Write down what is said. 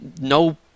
No